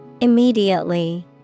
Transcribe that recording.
Immediately